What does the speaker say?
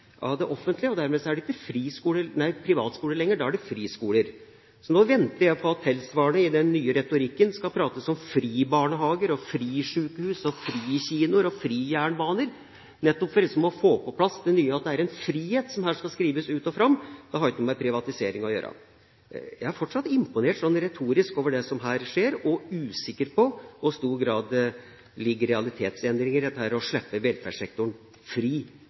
friskoler. Så nå venter jeg på det tilsvarende i den nye retorikken – at det skal snakkes om fribarnehager og frisykehus og frikinoer og frijernbaner – for liksom å få på plass det nye, at det er en «frihet» som her skal skrives ut og fram, at det ikke har noe med privatisering å gjøre. Jeg er fortsatt imponert over det som – retorisk – her skjer, og er usikker på i hvor stor grad det ligger realitetsendringer i dette med å slippe velferdssektoren